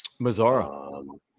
Mazzara